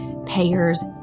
payers